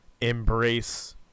embrace